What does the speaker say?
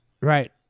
right